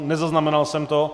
Nezaznamenal jsem to.